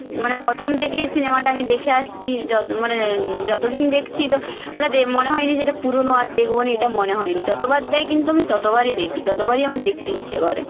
মানে প্রথম থেকেই সিনেমাটা আমি দেখে আসছি যত মানে যতদিন দেখছি তো ওটা দে মনে হয়নি যে এটা পুরনো আর দেখব না এটা মনে হয়নি যতবার দেয় কিন্তু আমি ততবারই দেখি ততবারই আমার দেখতে ইচ্ছে করে